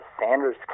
Sanders